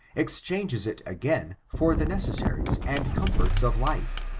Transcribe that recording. exchanges it again for the necessaries and comforts of life,